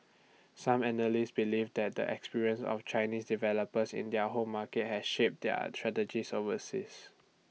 some analysts believe that the experience of Chinese developers in their home market has shaped their strategies overseas